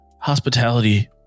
hospitality